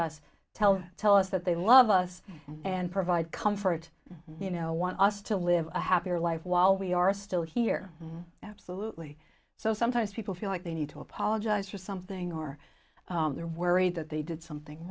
us tell tell us that they love us and provide comfort you know want us to live a happier life while we are still here absolutely so sometimes people feel like they need to apologize for something or they're worried that they did something